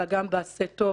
אלא גם בעשה טוב,